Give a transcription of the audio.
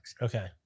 okay